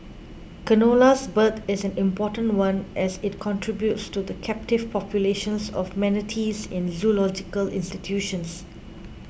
canola's birth is an important one as it contributes to the captive populations of manatees in zoological institutions